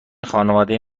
خانواده